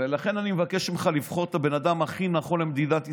לכן אני מבקש ממך לבחור את הבן אדם הכי נכון למדינת ישראל.